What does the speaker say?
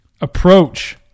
approach